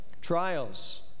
Trials